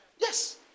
Yes